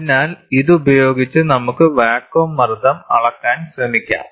അതിനാൽ ഇതുപയോഗിച്ച് നമുക്ക് വാക്വം മർദ്ദം അളക്കാൻ ശ്രമിക്കാം